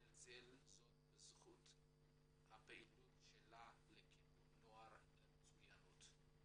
הרצל בזכות פעילותה לקידום נוער למצוינות.